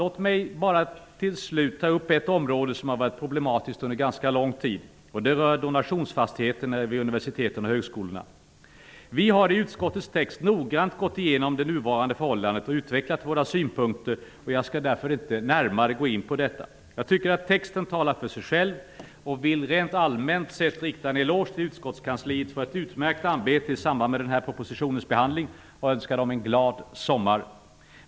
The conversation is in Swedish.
Låt mig till slut ta upp ett område som har varit problematiskt under en ganska lång tid. Det rör donationsfastigheterna vid universiteten och högskolorna. Vi har i utskottets text noggrant gått igenom det nuvarande förhållandet och utvecklat våra synpunkter. Jag skall därför inte närmare gå in på detta. Texten talar för sig själv, och jag vill rent allmänt sett rikta en eloge till utskottskansliet för ett utmärkt arbete i samband med denna propositions behandling och önska en glad sommar.